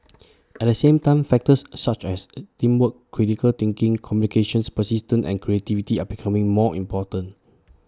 at the same time factors such as A teamwork critical thinking communication persistence and creativity are becoming more important